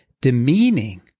demeaning